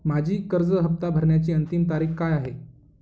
माझी कर्ज हफ्ता भरण्याची अंतिम तारीख काय आहे?